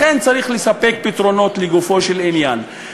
לכן צריך לספק פתרונות לגופו של עניין.